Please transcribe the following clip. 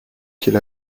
qu’il